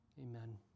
Amen